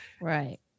right